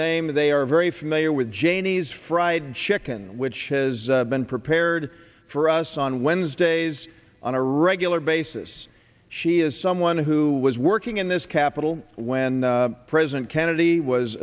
name they are very familiar with janey's fried chicken which has been prepared for us on wednesdays on a regular basis she is someone who was working in this capitol when president kennedy was